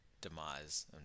demise